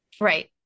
Right